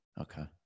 Okay